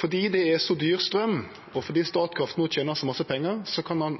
Fordi det er så dyr straum, og fordi Statkraft no tener så masse pengar, kan ein